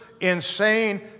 insane